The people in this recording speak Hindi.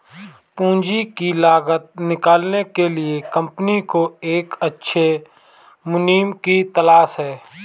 पूंजी की लागत निकालने के लिए कंपनी को एक अच्छे मुनीम की तलाश है